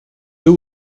deux